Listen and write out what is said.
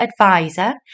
advisor